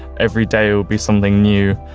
every day it would be something new,